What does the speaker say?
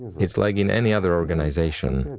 it's like in any other organization.